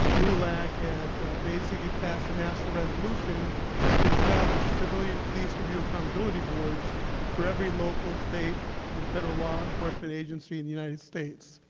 lou lack had basically passed a national resolution to establish civilian police review accountability boards for every local, state and federal law enforcement agency in the united states.